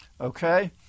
okay